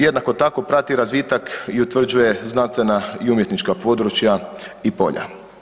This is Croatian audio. Jednako tako prati razvitak i utvrđuje znanstvena i umjetnička područja i polja.